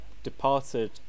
departed